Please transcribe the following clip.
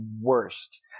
worst